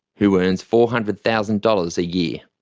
who earns four hundred thousand dollars a year.